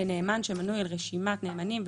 לנאמן שמנוי על רשימת נאמנים,